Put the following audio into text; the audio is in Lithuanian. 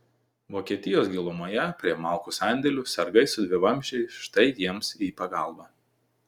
vokietijos gilumoje prie malkų sandėlių sargai su dvivamzdžiais štai jiems į pagalbą